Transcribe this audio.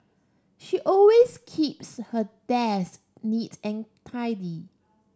she always keeps her desk neat and tidy